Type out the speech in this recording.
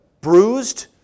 bruised